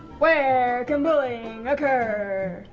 where can bullying occur?